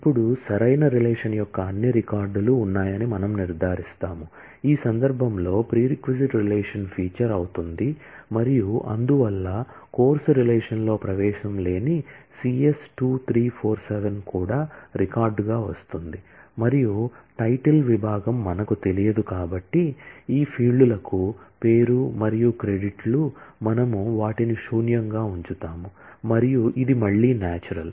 ఇప్పుడు సరైన రిలేషన్ యొక్క అన్ని రికార్డులు ఉన్నాయని మనము నిర్ధారిస్తాము ఈ సందర్భంలో ప్రీరెక్ రిలేషన్ ఫీచర్ అవుతుంది మరియు అందువల్ల కోర్సు రిలేషన్లో ప్రవేశం లేని సిఎస్ 2347 కూడా రికార్డుగా వస్తుంది మరియు టైటిల్ విభాగం మనకు తెలియదు కాబట్టి ఈ ఫీల్డ్లకు పేరు మరియు క్రెడిట్లు మనము వాటిని శూన్యంగా ఉంచుతాము మరియు ఇది మళ్ళీ నాచురల్